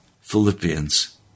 Philippians